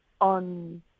on